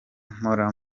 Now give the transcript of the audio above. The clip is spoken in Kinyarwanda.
mpora